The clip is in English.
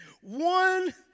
One